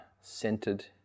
centered